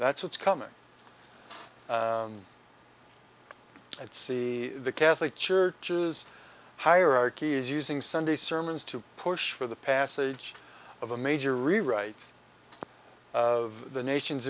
that's what's coming at sea the catholic church is hierarchy is using sunday sermons to push for the passage of a major rewrite of the nation